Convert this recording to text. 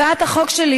הצעת החוק שלי